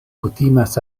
kutimas